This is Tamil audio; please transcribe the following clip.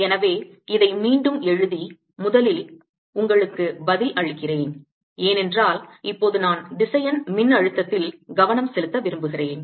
எனவே இதை மீண்டும் எழுதி முதலில் உங்களுக்கு பதில் அளிக்கிறேன் ஏனென்றால் இப்போது நான் திசையன் மின் அழுத்தத்தில் கவனம் செலுத்த விரும்புகிறேன்